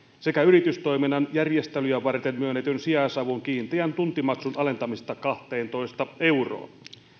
sekä yritystoiminnan järjestelyjä varten myönnetyn si jaisavun kiinteän tuntimaksun alentamista kahteentoista euroon